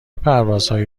پروازهایی